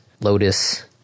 Lotus